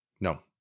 No